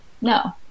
no